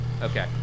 Okay